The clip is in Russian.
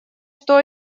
что